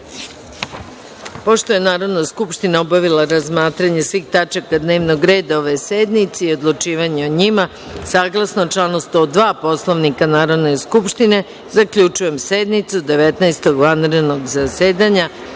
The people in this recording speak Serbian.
je Narodna skupština obavila razmatranje svih tačaka dnevnog reda ove sednice i odlučivanje o njima, saglasno članu 102. Poslovnika Narodne skupštine, zaključujem sednicu Devetnaestog vanrednog zasedanja